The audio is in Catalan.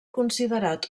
considerat